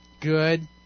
Good